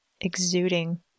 exuding